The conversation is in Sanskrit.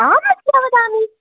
अहं मिथ्यां वदामि